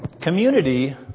Community